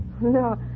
No